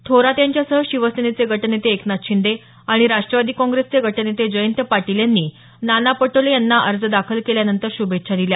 थोरात यांच्यासह शिवसेनेचे गटनेते एकनाथ शिंदे आणि राष्ट्रवादी काँग्रेसचे गटनेते जयंत पाटील यांनी नाना पटोले यांना अर्ज दाखल केल्यानंतर श्रभेच्छा दिल्या